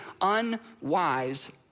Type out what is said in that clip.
unwise